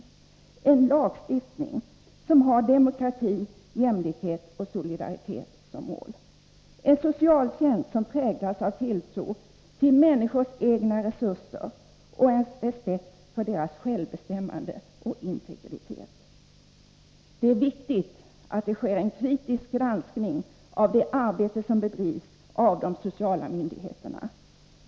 Det är en lagstiftning som har demokrati, jämlikhet och solidaritet som mål, en socialtjänst som präglas av tilltro till människors egna resurser och respekt för deras självbestämmande och integritet. Det är viktigt att det sker en kritisk granskning av det arbete som bedrivs av de sociala myndigheterna.